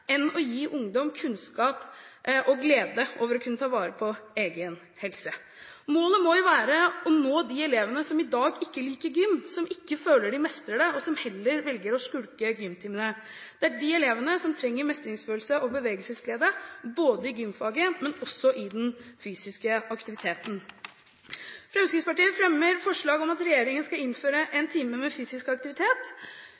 enn å gi ungdom kunnskap og glede over å kunne ta vare på egen helse. Målet må være å nå de elevene som i dag ikke liker gym, som ikke føler de mestrer det, og som heller velger å skulke gymtimene. Det er de elevene som trenger mestringsfølelse og bevegelsesglede både i gymfaget og også i den fysiske aktiviteten. Fremskrittspartiet fremmer forslag om at regjeringen skal innføre